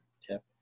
tip